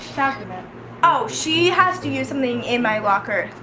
so ah she has to use something in my locker.